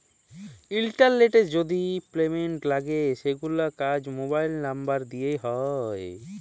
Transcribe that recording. ইলটারলেটে যদি পেমেল্ট লাগে সেগুলার কাজ মোবাইল লামবার দ্যিয়ে হয়